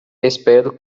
espero